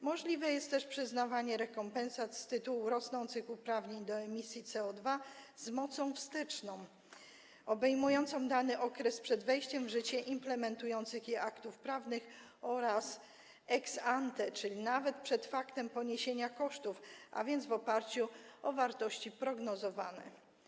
Możliwe jest też przyznawanie rekompensat z tytułu rosnących uprawnień do emisji CO2 z mocą wsteczną, obejmującą dany okres przed wejściem w życie implementujących je aktów prawnych, oraz ex ante, czyli nawet przed faktem poniesienia kosztów, a więc w oparciu o wartości prognozowane.